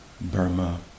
Burma